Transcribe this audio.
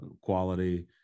quality